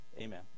Amen